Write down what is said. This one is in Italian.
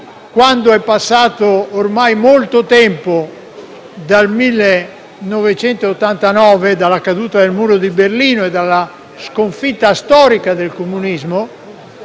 ormai passato molto tempo dal 1989, anno della caduta del muro di Berlino, e dalla sconfitta storica del comunismo,